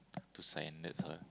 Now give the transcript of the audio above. to sign that's all